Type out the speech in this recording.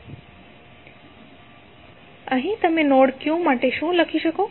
તો અહીં તમે નોડ Q માટે શું કહી શકો